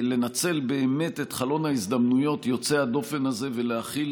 לנצל את חלון ההזדמנויות יוצא הדופן הזה ולהחיל